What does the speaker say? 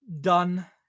done